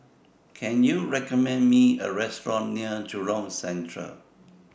Can YOU recommend Me A Restaurant near Jurong Central